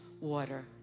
water